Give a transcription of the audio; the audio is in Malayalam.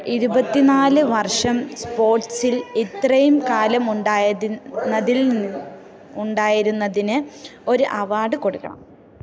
ഇരുപ ത്തിനാല് വർഷം സ്പോർട്സിൽ ഇത്രയും കാലം ഉണ്ടായതിൽ ഉണ്ടായിരുന്നതിന് ഒരു അവാർഡ് കൊടുക്കണം